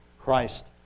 Christ